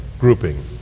grouping